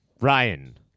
Ryan